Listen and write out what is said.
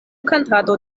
kantado